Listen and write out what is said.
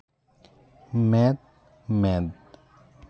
ᱢᱮᱫ ᱢᱮᱫ